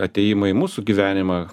atėjimą į mūsų gyvenimą